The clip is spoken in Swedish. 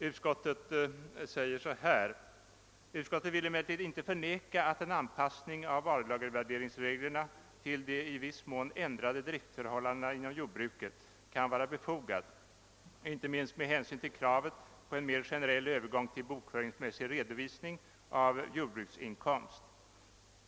Utskottet säger följande: »Utskottet vill emellertid inte förneka att en anpassning av varulagervärderingsreglerna till de i viss mån ändrade driftförhållandena inom jordbruket kan vara befogad, inte minst med hänsyn till kravet på en mer generell övergång till bokföringsmässig redovisning av jordbruksinkomst.